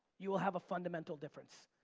you will have a fundamental difference.